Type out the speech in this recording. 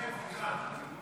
כן, כולי אוזן.